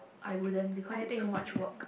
I wouldn't because it's too much work